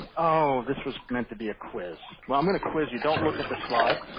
oh, this was meant to be a quiz. well, i'm going to quiz you. don't look at the slide.